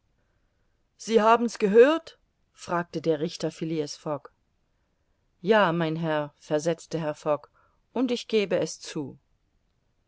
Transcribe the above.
sie haben's gehört fragte der richter phileas fogg ja mein herr versetzte herr fogg und ich gebe es zu